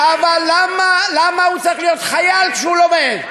אבל למה הוא צריך להיות חייל כשהוא לומד?